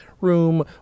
room